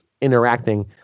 interacting